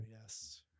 yes